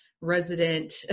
resident